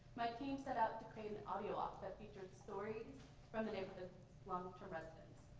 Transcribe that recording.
my team set out to create an audio walk that featured stories from the neighborhood's long-term residents.